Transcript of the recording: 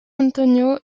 antonio